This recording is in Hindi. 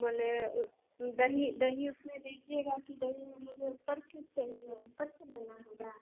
बोले दही दही उसमें दीजिएगा कि दही मुझे ऊपर से चाहिए ऊपर से लेना होगा